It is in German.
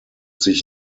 sich